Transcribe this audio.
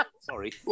Sorry